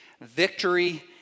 Victory